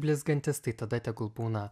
blizgantys tai tada tegul būna